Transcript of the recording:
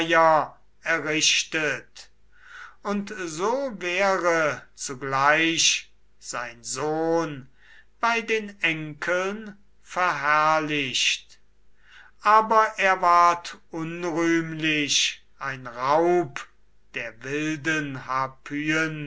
errichtet und so wäre zugleich sein sohn bei den enkeln verherrlicht aber er ward unrühmlich ein raub der wilden